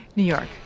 new york.